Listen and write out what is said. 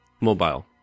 Mobile